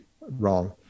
wrong